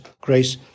grace